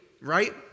right